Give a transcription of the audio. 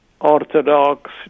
Orthodox